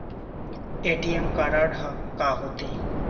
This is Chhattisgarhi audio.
ए.टी.एम कारड हा का होते?